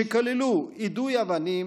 שכללו יידוי אבנים,